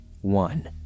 One